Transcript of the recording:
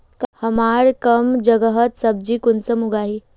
हमार कम जगहत सब्जी कुंसम उगाही?